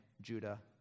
Judah